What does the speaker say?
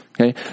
Okay